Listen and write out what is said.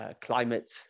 climate